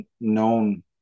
known